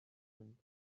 کنید